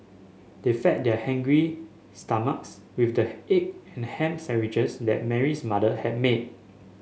they fed their hungry stomachs with the egg and ham sandwiches that Mary's mother had made